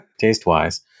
taste-wise